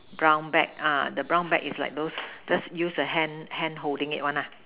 brown bag uh the brown bag is like those just use the hand hand holding it one lah